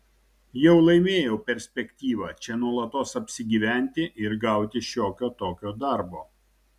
jau laimėjau perspektyvą čia nuolatos apsigyventi ir gauti šiokio tokio darbo